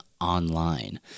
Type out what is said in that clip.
online